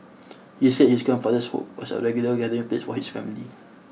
he said his grandfather's home was a regular gathering place for his family